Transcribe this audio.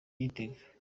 gitega